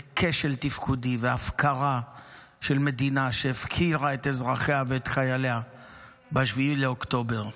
כשל תפקודי והפקרה של מדינה שהפקירה את אזרחיה ואת חייליה ב-7 באוקטובר.